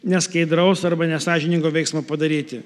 neskaidraus arba nesąžiningo veiksmo padaryti